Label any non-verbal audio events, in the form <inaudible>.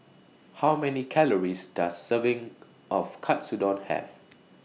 How Many Calories Does Serving <noise> of Katsudon Have